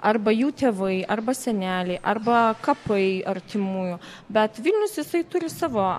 arba jų tėvai arba seneliai arba kapai artimųjų bet vilnius jisai turi savo